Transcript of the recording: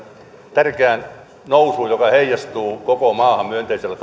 tärkeään nousuun joka heijastuu koko maahan myönteisellä